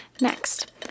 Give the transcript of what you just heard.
next